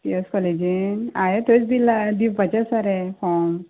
P E S कॉलेजीन हांवें थंयच दिलां दिवपाचें आसा रे फॉम